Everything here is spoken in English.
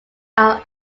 are